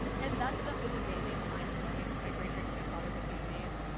and that stuff is amazing. mind blowing. my great-great-grandfather would be amazed.